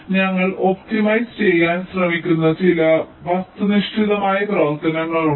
ഞങ്ങൾ ഒപ്റ്റിമൈസ് ചെയ്യാൻ ശ്രമിക്കുന്ന ചില വസ്തുനിഷ്ഠമായ പ്രവർത്തനങ്ങളുണ്ട്